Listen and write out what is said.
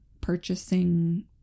purchasing